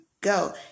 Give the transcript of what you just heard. go